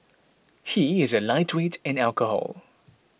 he is a lightweight in alcohol